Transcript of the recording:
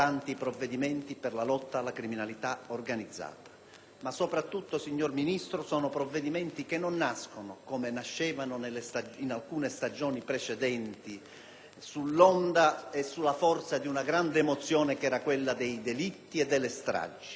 Soprattutto, signor Ministro, si tratta di provvedimenti che non nascono, come quelli di alcune stagioni precedenti, sull'onda e con la forza di una grande emozione, quella dei delitti e delle stragi. Sono provvedimenti che nascono con la forza